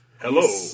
Hello